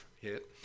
hit